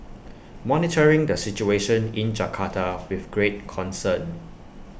monitoring the situation in Jakarta with great concern